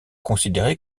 considéré